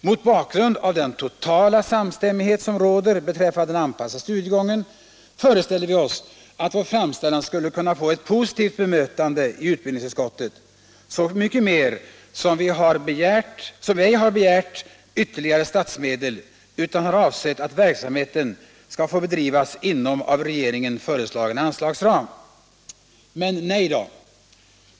Mot bakgrund av den totala samstämmighet som råder beträffande den anpassade studiegången föreställde vi oss att vår framställning skulle kunna få ett positivt bemötande i utbildningsutskottet, så mycket mer som vi ej har begärt ytterligare statsmedel utan har avsett att verksamheten skall få bedrivas inom av regeringen föreslagen anslagsram. Men nej då!